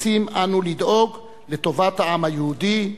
חפצים אנו לדאוג לטובת העם היהודי.